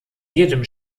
jedem